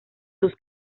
sus